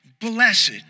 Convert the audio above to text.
Blessed